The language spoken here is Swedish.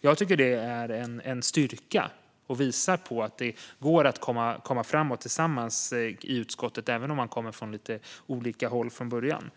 Jag tycker att det är en styrka och visar att det går att komma framåt tillsammans i utskottet, även om man kommer från olika håll från början.